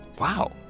wow